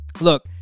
Look